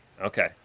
Okay